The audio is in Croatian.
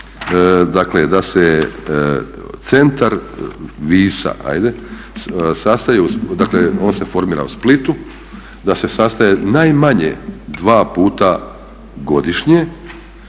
da se centar WISE ajde, dakle on se formira u Splitu, da se sastaje najmanje 2 puta godišnje